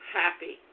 happy